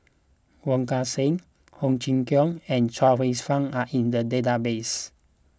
Wong Kan Seng Ho Chee Kong and Chuang Hsueh Fang are in the database